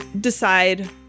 decide